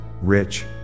rich